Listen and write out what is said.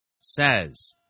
says